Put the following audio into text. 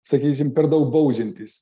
sakysim per daug baudžiantys